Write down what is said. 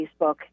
Facebook